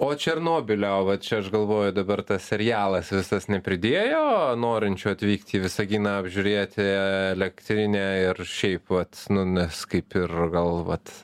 po černobylio va čia aš galvoju dabar tas serialas visas nepridėjo norinčių atvykti į visaginą apžiūrėti elektrinę ir šiaip vat nu nes kaip ir gal vat